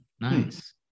nice